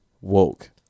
woke